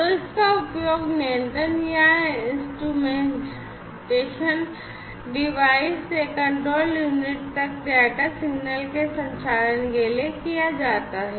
तो इसका उपयोग नियंत्रण या इंस्ट्रूमेंटेशन डिवाइस से कंट्रोल यूनिट तक डेटा सिग्नल के संचरण के लिए किया जाता है